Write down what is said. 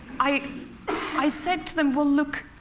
i i said to them, well, look,